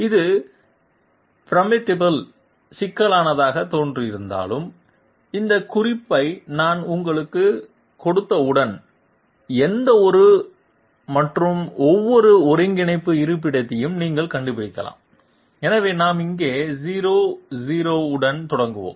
இது ஃபார்மிடபிள் சிக்கலானதாகத் தோன்றினாலும் இந்த குறிப்பை நான் உங்களுக்குக் கொடுத்தவுடன் எந்தவொரு மற்றும் ஒவ்வொரு ஒருங்கிணைப்பு இருப்பிடத்தையும் நீங்கள் கண்டுபிடிக்கலாம் எனவே நாம் இங்கே 00 உடன் தொடங்குவோம்